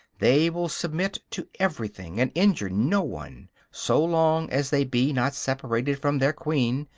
they will submit to everything and injure no one, so long as they be not separated from their queen,